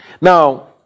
Now